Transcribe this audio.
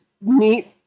neat